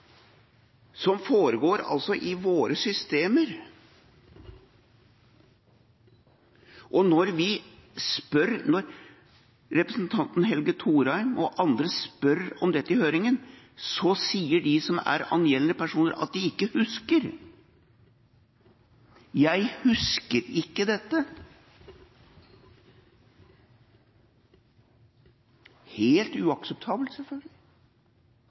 som altså foregår i våre systemer. Og når representanten Helge Thorheim og andre spør om dette i høringen, sier de som er angjeldende personer, at de ikke husker: Jeg husker ikke dette. Det er helt uakseptabelt, selvfølgelig